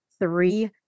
three